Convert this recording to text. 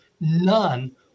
None